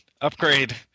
Upgrade